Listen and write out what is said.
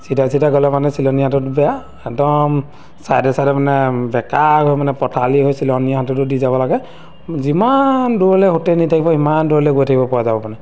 চিধা চিধা গ'লে মানে চিলনী সাঁতোৰটো বেয়া একদম চাইডে চাইডে মানে বেঁকা হৈ মানে পথালি হৈ চিলনী সাঁতোৰটো দি যাব লাগে যিমান দূৰলৈ সোঁতে নি থাকিব সিমান দূৰলৈ গৈ থাকিবপৰা যাব মানে